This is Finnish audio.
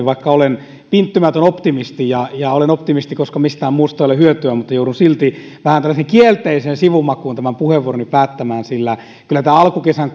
vaikka olen pinttynyt optimisti ja ja olen optimisti koska mistään muusta ei ole hyötyä joudun silti vähän kielteiseen sivumakuun tämän puheenvuoroni päättämään sillä kyllä tämä alkukesän